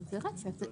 זה רצף.